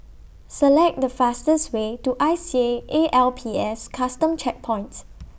Select The fastest Way to I C A A L P S Custom Checkpoint